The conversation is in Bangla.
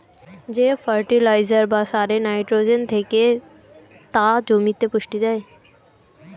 যেই ফার্টিলাইজার বা সারে নাইট্রোজেন থেকে তা জমিতে পুষ্টি দেয়